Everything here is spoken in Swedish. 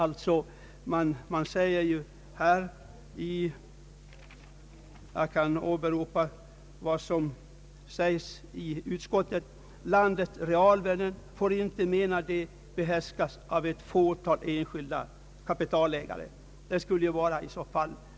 Motionärerna menar att landets realvärden inte får behärskas av ett fåtal enskilda kapitalägare. Detta uttalande återges i utskottets utlåtande.